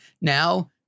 Now